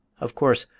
of course,